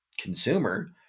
consumer